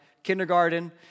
Kindergarten